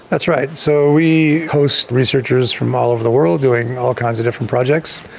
that's right. so we host researchers from all over the world doing all kinds of different projects,